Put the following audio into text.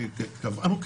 וקבענו,